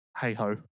hey-ho